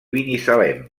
binissalem